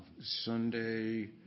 Sunday